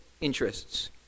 interests